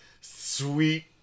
sweet